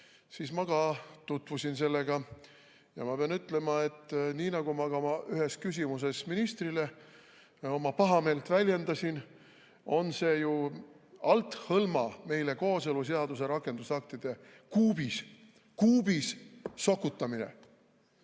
siis ma ka tutvusin sellega. Ma pean ütlema, et nii nagu ma ka oma ühes küsimuses ministrile pahameelt väljendasin, on see ju meile althõlma kooseluseaduse rakendusaktide kuubis sokutamine.